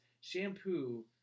shampoo